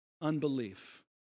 unbelief